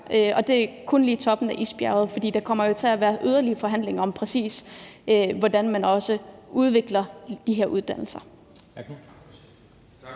og det er kun lige toppen af isbjerget, for der kommer jo til at være yderligere forhandlinger om, præcis hvordan man udvikler de her uddannelser.